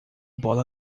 bola